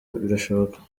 birashoboka